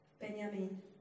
Benjamin